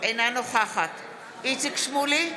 אינה נוכחת איציק שמולי,